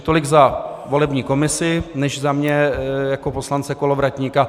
Tolik za volební komisi než za mě jako poslance Kolovratníka.